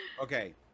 okay